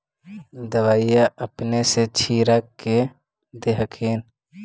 दबइया अपने से छीरक दे हखिन?